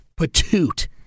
patoot